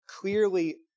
clearly